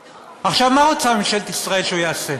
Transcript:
עכשיו, מה רוצה ממשלת ישראל שהוא יעשה?